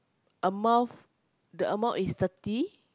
amount the amount is thirty